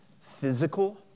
physical